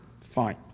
Fine